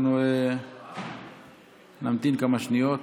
אנחנו נמתין כמה שניות